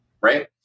right